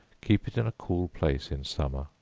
keep it in a cool place in summer,